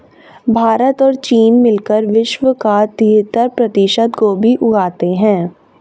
भारत और चीन मिलकर विश्व का तिहत्तर प्रतिशत गोभी उगाते हैं